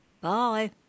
Bye